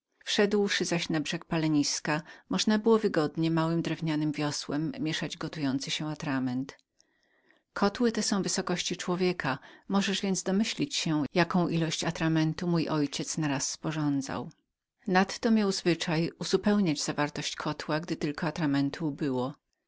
wlazłszy zaś na brzeg pieca można było wygodnie małem wiosłem mieszać gotujący się atrament kotły te są wysokości człowieka możesz więc domyślić się jaką ilość atramentu mój ojciec na raz sporządzał nadto miał zwyczaj w miarę ubywania płynu dodawać ingredyencyi to była